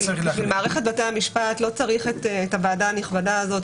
בשביל מערכת בתי המשפט לא צריך את הוועדה הנכבדה הזאת.